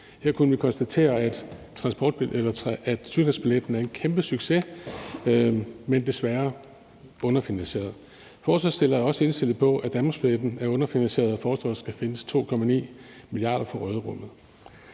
Her kunne vi konstatere, at tysklandsbilletten er en kæmpesucces, men desværre underfinansieret. Forslagsstillerne er også indstillet på, at danmarksbilletten er underfinansieret, og der foreslås, at der skal findes 2,9 mia. kr. i råderummet.